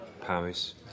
Paris